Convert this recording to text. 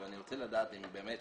אומר מאיר דמן שבאחת